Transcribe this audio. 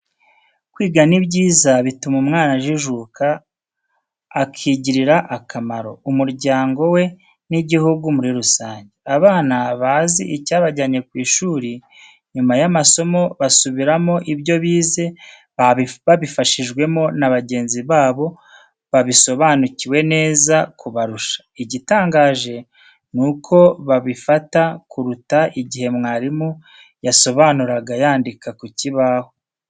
Kwiga ni byiza bituma umwana ajijuka, akigirira akamaro, umuryango we n'igihugu muri rusange. Abana bazi icyabajyanye mu ishuri, nyuma y'amasomo basubiramo ibyo bize babifashijwemo na bagenzi babo babisobanukiwe neza kubarusha, igitangaje nuko babifata kuruta igihe mwarimu yasobanuraga yandika ku kibaho.